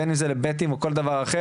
בין אם זה לבתים או כל דבר אחר,